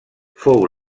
fou